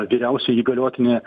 vyriausia įgaliotinė